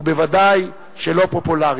וודאי שלא פופולרית.